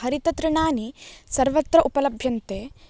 हरिततृणानि सर्वत्र उपलभ्यन्ते